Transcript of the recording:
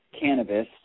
cannabis